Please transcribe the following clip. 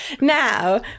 Now